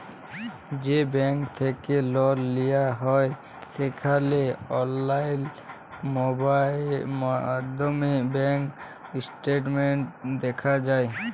যে ব্যাংক থ্যাইকে লল লিয়া হ্যয় সেখালে অললাইল মাইধ্যমে ব্যাংক ইস্টেটমেল্ট দ্যাখা যায়